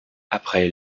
après